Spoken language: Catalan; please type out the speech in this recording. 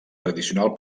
tradicional